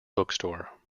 bookstore